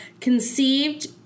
conceived